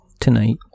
Tonight